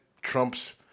Trump's